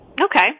Okay